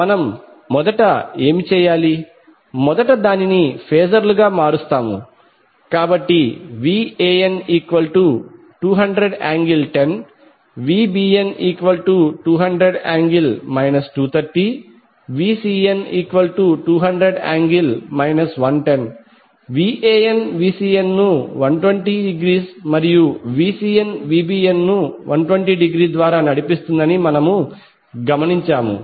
మనం మొదట ఏమి చేయాలి మొదట దానిని ఫేజర్లుగా మారుస్తాము కాబట్టి Van200∠10° Vbn200∠ 230° Vcn200∠ 110° Van Vcn ను 120°మరియు Vcn Vbn ను 120° ద్వారా నడిపిస్తుందని మనము గమనించాము